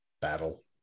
battle